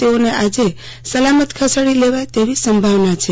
તેઓને આજે સલામત ખસેડી લેવાય તેવી સંભાવના છે